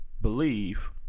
believe